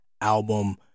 album